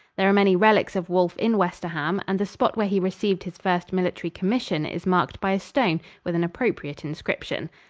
there are many relics of wolfe in westerham, and the spot where he received his first military commission is marked by a stone with an appropriate inscription.